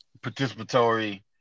Participatory